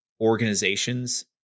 organizations